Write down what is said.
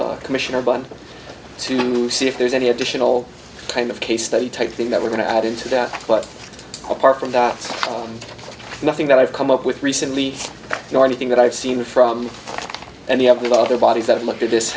with commissioner bud to see if there's any additional kind of case study type thing that we're going to add into that but apart from that nothing that i've come up with recently nor anything that i've seen from any of the lot of bodies that looked at this